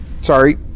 Sorry